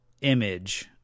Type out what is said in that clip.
image